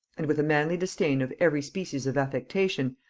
and with a manly disdain of every species of affectation,